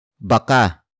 baka